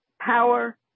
power